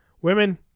Women